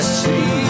see